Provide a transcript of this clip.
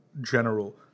general